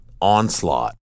onslaught